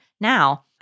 Now